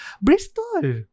Bristol